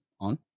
on